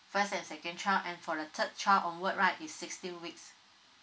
first and second child and for the third child onward right is sixteen weeks